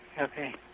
Okay